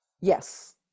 Yes